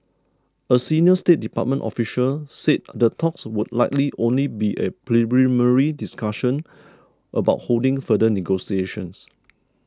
a senior State Department official said the talks would likely only be a preliminary discussion about holding future negotiations